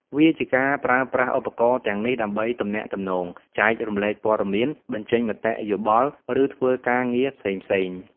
វាជាការប្រើប្រាស់ឧបករណ៍ទាំងនេះដើម្បីទំនាក់ទំនង ចែករំលែកព័ត៌មាន បញ្ចេញមតិយោបល់ ឬធ្វើការងារផ្សេងៗ។